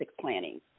Planning